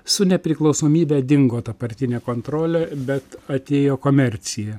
su nepriklausomybe dingo ta partinė kontrolė bet atėjo komercija